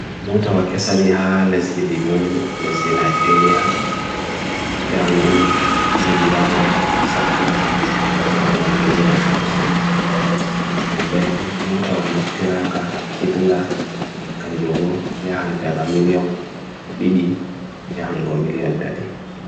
Moutawa kesaniha, lesdili mioni, lesdina jereya, yahan on milion re, sapwa, yahan on milion habsin. Nenden, Moutawa naftira ka, kithinga, kanjumu, yahan dada milion bidi, yahan on milion tadi.